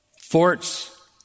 forts